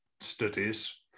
studies